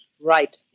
Right